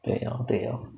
对 orh 对 orh